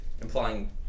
implying